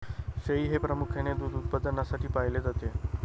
शेळी हे प्रामुख्याने दूध उत्पादनासाठी पाळले जाते